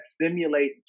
simulate